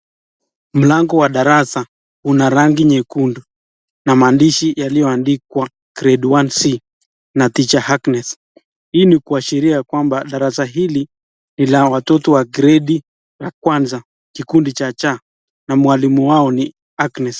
Mlango wa darasa una rangi nyekundu na maandishi yaliyoandikwa grade 1C na teacher Agnes. Hii ni kuashiria ya kwamba darasa hili ni la watoto wa gredi ya kwanza kikundi cha C na mwalimu wao ni Agnes.